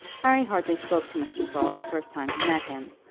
harry hardly spoke to mr. saul the first time he met him,